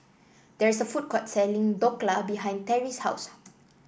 there is a food court selling Dhokla behind Terrie's house